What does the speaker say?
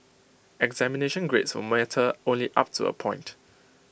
examination grades will matter only up to A point